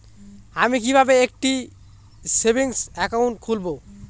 আমি কিভাবে একটি সেভিংস অ্যাকাউন্ট খুলব?